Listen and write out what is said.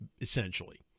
Essentially